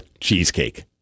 cheesecake